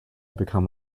become